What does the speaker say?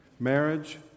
Marriage